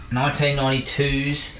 1992's